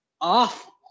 awful